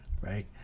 right